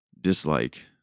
Dislike